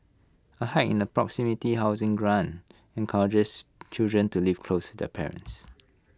A hike in the proximity housing grant encourages children to live close to their parents